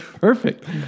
Perfect